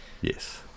Yes